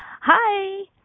Hi